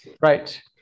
Right